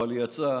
אבל היא יצאה.